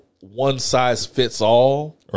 one-size-fits-all